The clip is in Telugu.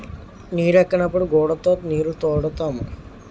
నీరెక్కనప్పుడు గూడతో నీరుతోడుతాము